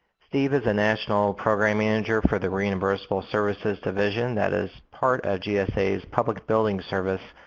steve is a national program manager for the reimbursable services division, that is part of gsa's public buildings service,